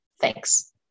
Thanks